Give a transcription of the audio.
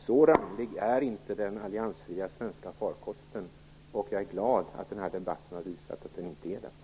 Så ranglig är inte den alliansfria svenska farkosten, och jag är glad att den här debatten har visat att den inte är det.